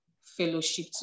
fellowship